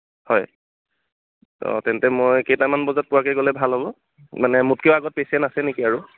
হয় তেন্তে মই কেইটামান বজাত পোৱাকৈ গ'লে ভাল হ'ব মানে মোতকৈও আগত পেচেণ্ট আছে নেকি আৰু